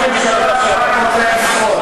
הציבור בישראל מאס בראש ממשלה שרק רוצה לשרוד.